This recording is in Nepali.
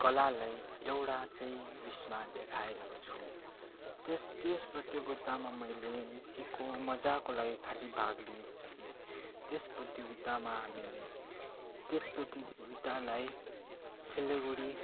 कलालाई एउटा चाहिँ उइसमा देखाएको छु त्यस त्यस प्रतियोगितामा मैले यतिको मज्जाको लागि खालि भाग लिएको थिएँ त्यस प्रतियोगितामा हामीले त्यस प्रतियोगितालाई सिलगढी